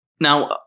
Now